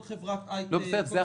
כל חברת הייטק -- זה החוק.